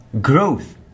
Growth